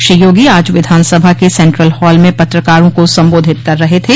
श्री योगी आज विधानसभा के सेन्ट्रल हाल में पत्रकारों को संबोधित कर रहे थे